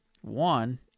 one